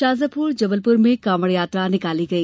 शाजापुर जबलपुर में कांवड़यात्रा निकाली गई